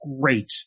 great